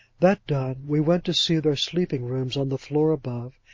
that done, we went to see their sleeping-rooms on the floor above,